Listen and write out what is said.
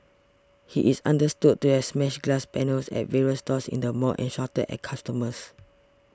he is understood to have smashed glass panels at various stores in the mall and shouted at customers